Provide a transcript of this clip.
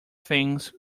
things